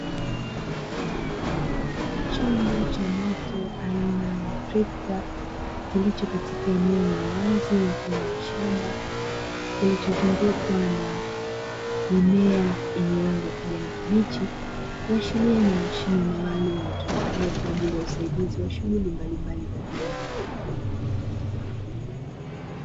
Chombo cha moto aina ya trekta kilicho katika eneo la wazi mfano wa shamba kilichozungukwa na mimea yenye rangi ya kijani kibichi, kuashiria ni mashine maalumu itumikayo kwa ajili ya usaidizi wa shughuli mbalimbali za kilimo.